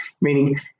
meaning